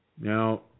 Now